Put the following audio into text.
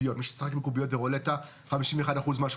מי שמשחק בקוביות ורולטה ב-51% כשהוא